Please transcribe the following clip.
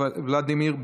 חבר הכנסת ולדימיר בליאק,